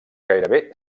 gairebé